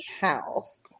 house